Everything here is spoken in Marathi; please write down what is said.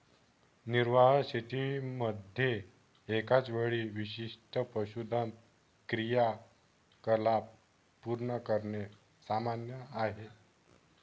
निर्वाह शेतीमध्ये एकाच वेळी विशिष्ट पशुधन क्रियाकलाप पूर्ण करणे सामान्य आहे